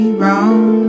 wrong